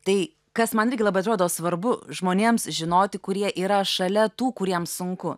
tai kas man irgi labai atrodo svarbu žmonėms žinoti kurie yra šalia tų kuriems sunku